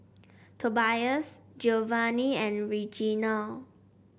Tobias Giovanny and Reginal